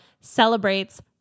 celebrates